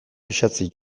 pisatzen